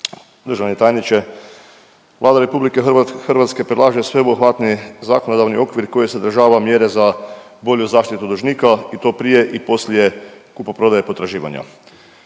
Državni tajniče, Vlada RH predlaže sveobuhvatni zakonodavni okvir koji sadržava mjere za bolju zaštitu dužnika i to prije i poslije kupoprodaje potraživanja.